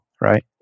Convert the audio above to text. right